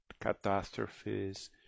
catastrophes